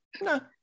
No